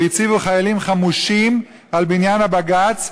והציבו חיילים חמושים על בניין הבג"ץ,